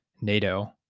NATO